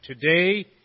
today